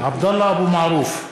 (קורא בשמות חברי הכנסת) עבדאללה אבו מערוף,